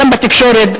גם בתקשורת,